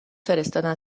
فرستادن